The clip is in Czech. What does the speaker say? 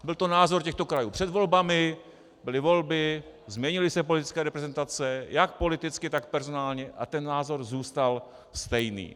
Byl to názor těchto krajů před volbami, byly volby, změnily se politické reprezentace jak politicky, tak personálně, a ten názor zůstal stejný.